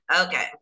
Okay